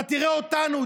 אתה תראה אותנו,